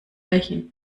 welchen